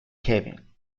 cabin